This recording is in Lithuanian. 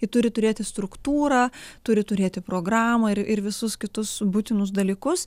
ji turi turėti struktūrą turi turėti programą ir ir visus kitus būtinus dalykus